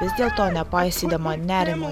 vis dėlto nepaisydama nerimo